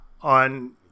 on